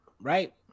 Right